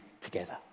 together